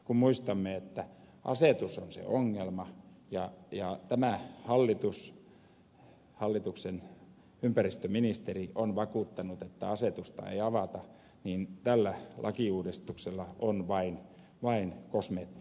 kun muistamme että asetus on se ongelma ja tämän hallituksen ympäristöministeri on vakuuttanut että asetusta ei avata niin tällä lakiuudistuksella on vain kosmeettinen luonne